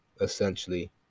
essentially